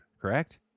Correct